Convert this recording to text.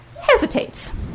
hesitates